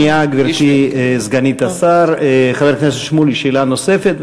גברתי סגנית השר, חבר הכנסת שמולי, שאלה נוספת.